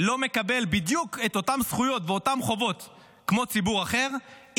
לא מקבל בדיוק את אותן זכויות ואותן חובות כמו ציבור אחר,